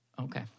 Okay